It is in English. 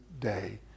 day